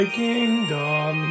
kingdom